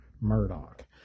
Murdoch